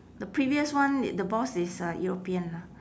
the previous one the boss is a european lah